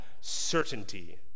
certainty